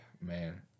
Man